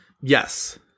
Yes